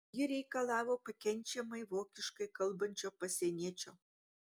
ji reikalavo pakenčiamai vokiškai kalbančio pasieniečio